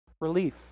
Relief